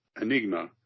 Enigma